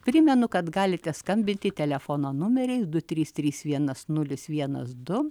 primenu kad galite skambinti telefono numeriui du trys trys vienas nulis vienas du